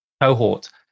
cohort